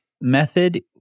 method